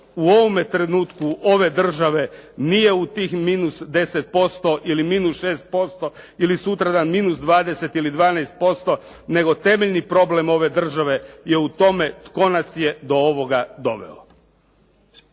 u ovome trenutku ove države nije u tih minus 10% ili minus 6% ili sutradan minus 20 ili 12%, nego temeljni problem ove države je u tome tko nas je do ovoga doveo.